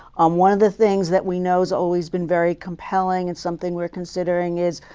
um one of the things that we know has always been very compelling and something we're considering is,